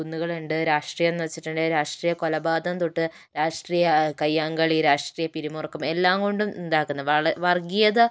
കുന്നുകളുണ്ട് രാഷ്ട്രീയം എന്ന് വെച്ചിട്ടുണ്ടെങ്കിൽ രാഷ്ട്രീയ കൊലപാതകം തൊട്ട് രാഷ്ട്രീയ കയ്യാംകളി രാഷ്ട്രീയ പിരിമുറുക്കം എല്ലാം കൊണ്ടും ഇതാക്കുന്ന വള വർഗീയത